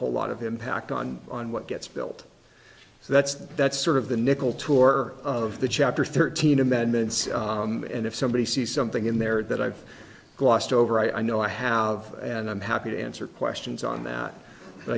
whole lot of impact on on what gets built so that's that's sort of the nickel tour of the chapter thirteen amendments and if somebody sees something in there that i've glossed over i know i have and i'm happy to answer questions on that but